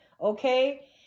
okay